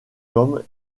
comme